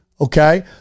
okay